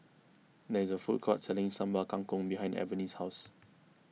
there is a food court selling Sambal Kangkong behind Ebony's house